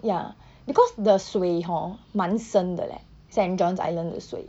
ya because the 水 hor 蛮深的 leh saint john's island 的水